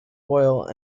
oil